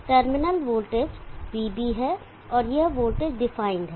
terminal voltage vB है और यह वोल्टेज डिफाइंड है